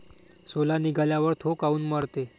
सोला निघाल्यावर थो काऊन मरते?